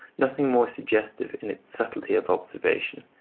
nothing more suggestive in its subtlety of observation,